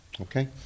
okay